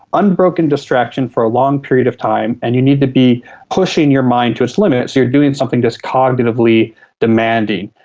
unbroken distraction for a long period of time and you need to be pushing your mind to its limits. you are doing something that is cognitively demanding.